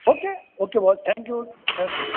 okay okay boss thank you thank you